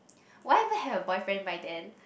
will I even have a boyfriend by then